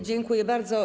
Dziękuję bardzo.